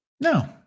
no